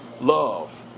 love